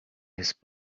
his